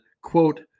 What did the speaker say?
quote